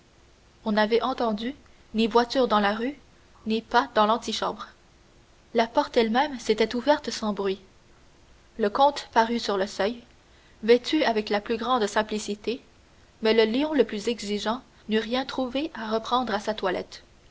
on n'avait entendu ni voiture dans la rue ni pas dans l'antichambre la porte elle-même s'était ouverte sans bruit le comte parut sur le seuil vêtu avec la plus grande simplicité mais le lion le plus exigeant n'eût rien trouvé à reprendre à sa toilette